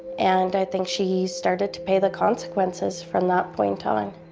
and i think she started to pay the consequences from that point on.